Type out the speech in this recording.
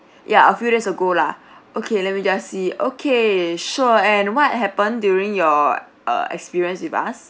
ya a few days ago lah okay let me just see okay sure and what happen during your uh experience with us